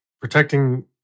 protecting